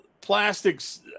plastics